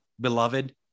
beloved